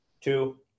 two